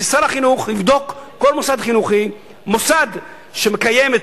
ששר החינוך יבדוק כל מוסד חינוכי: מוסד שמקיים את